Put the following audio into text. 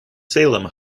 salem